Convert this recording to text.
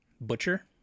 Butcher